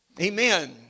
amen